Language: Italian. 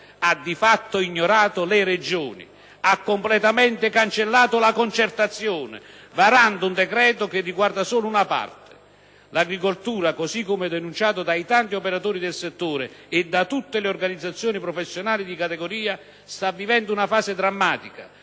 ha di fatto ignorato le Regioni, ha completamente cancellato la concertazione, varando un decreto-legge che riguarda solo una parte. L'agricoltura, così come denunciato dai tanti operatori del settore e da tutte le organizzazioni professionali di categoria, sta vivendo una fase drammatica,